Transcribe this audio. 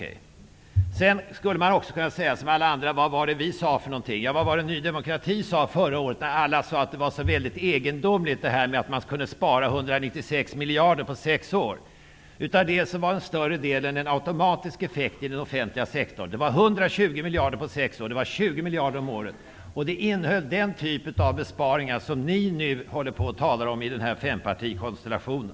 Sedan skulle man som alla andra kunna säga: Vad var det vi sade? Ja, vad var det vi i Ny demokati sade förra året, när alla andra sade att det var så väldigt egendomligt att anse det möjligt att spara 196 miljarder på sex år? Den större delen av dessa 196 miljarder utgjordes av en automatisk effekt inom den offentliga sektorn, dvs. 120 miljarder på sex år -- 20 miljarder om året. Vårt förslag innehöll den typ av besparingar som ni nu håller på att tala om i den här fempartikonstellationen.